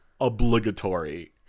obligatory